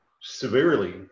severely